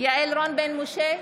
יעל רון בן משה,